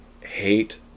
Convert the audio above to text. hate